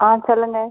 ஆமாம் சொல்லுங்கள்